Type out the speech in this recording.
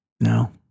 No